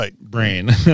brain